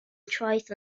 traeth